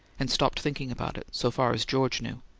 and stopped thinking about it, so far as george knew.